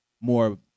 more –